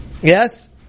Yes